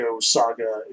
saga